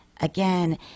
again